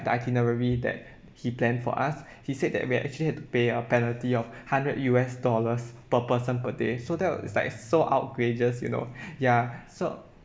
the itinerary that he planned for us he said that we are actually had to pay a penalty of hundred U_S dollars per person per day so that was like so outrageous you know ya so